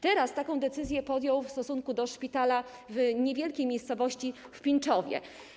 Teraz taką decyzję podjął w stosunku do szpitala w niewielkiej miejscowości, w Pińczowie.